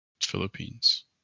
Philippines